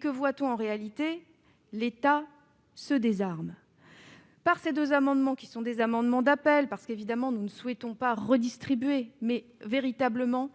Que voit-on en réalité ? L'État se désarme. Par ces deux amendements, qui sont des amendements d'appel- évidemment, nous ne souhaitons pas redistribuer les postes !-, il s'agit de